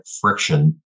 friction